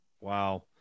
Wow